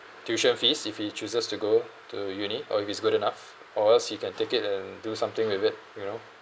tuition fees if he chooses to go to uni or if he's good enough or else he can take it and do something with it you know